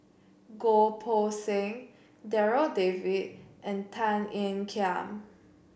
Goh Poh Seng Darryl David and Tan Ean Kiam